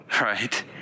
right